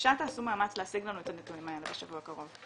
בבקשה תעשו מאמץ להשיג לנו את הנתונים האלה בשבוע הקרוב.